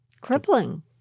Crippling